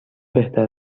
بهتر